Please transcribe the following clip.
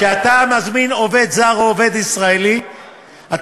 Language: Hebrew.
כשאתה מזמין עובד זר או עובד ישראלי אתה